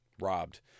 robbed